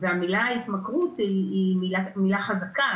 והמילה "התמכרות" היא מילה חזקה,